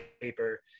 paper